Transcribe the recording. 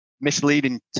misleading